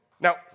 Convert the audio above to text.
Now